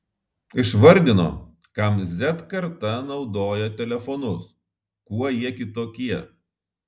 išvardino kam z karta naudoja telefonus kuo jie kitokie